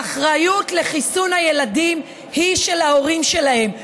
האחריות לחיסון הילדים היא של ההורים שלהם.